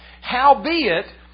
howbeit